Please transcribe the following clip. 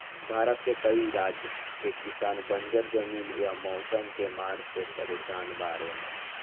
भारत के कई राज के किसान बंजर जमीन या मौसम के मार से परेसान बाड़ेन